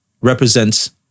represents